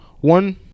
One